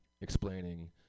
explaining